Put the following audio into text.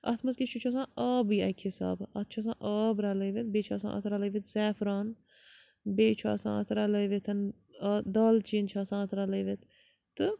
اَتھ منٛز کیٛاہ چھُ یہِ چھُ آسان آبٕے اَکہِ حسابہٕ اَتھ چھُ آسان آب رَلٲوِتھ بیٚیہِ چھِ آسان اَتھ رَلٲوِتھ سیفران بیٚیہِ چھُ آسان اَتھ رَلٲوِتھ دالچیٖن چھِ آسان اَتھ رَلٲوِتھ تہٕ